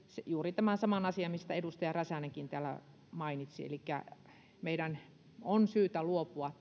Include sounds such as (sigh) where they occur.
juuri tämän saman asian mistä edustaja räsänenkin täällä mainitsi meidän on syytä luopua (unintelligible)